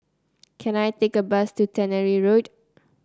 can I take a bus to Tannery Road